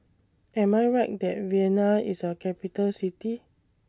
Am I Right that Vienna IS A Capital City